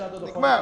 נגמר.